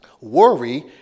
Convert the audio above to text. Worry